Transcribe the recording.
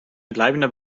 bleibender